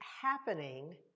happening